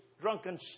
drunken